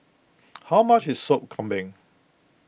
how much is Sop Kambing